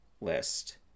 list